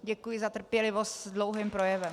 Děkuji za trpělivost s dlouhým projevem.